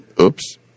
oops